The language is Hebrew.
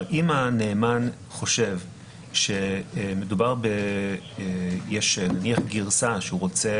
אם הנאמן חושב שמדובר -- נניח שיש גרסה שהוא רוצה